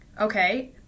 okay